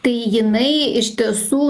tai jinai iš tiesų